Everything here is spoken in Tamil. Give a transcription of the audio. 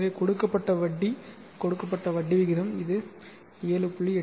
எனவே கொடுக்கப்பட்ட வட்டி கொடுக்கப்பட்ட வட்டி விகிதம் இது 7